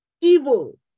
evil